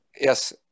Yes